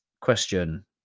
question